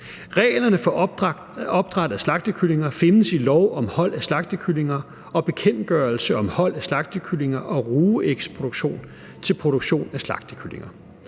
Reglerne for opdræt af slagtekyllinger findes i lov om hold af slagtekyllinger og i bekendtgørelse om hold af slagtekyllinger og rugeægsproduktion til produktion af slagtekyllinger.